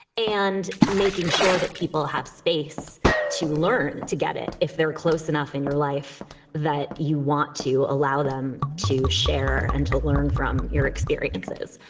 and making sure that people have space to learn to get it, if they're close enough in your life that you want to allow them to share and to learn from your experiences.